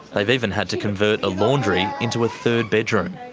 they've even had to convert a laundry into a third bedroom.